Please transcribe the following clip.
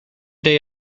day